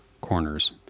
corners